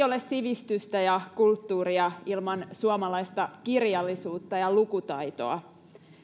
ole sivistystä ja kulttuuria ilman suomalaista kirjallisuutta ja lukutaitoa